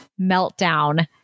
meltdown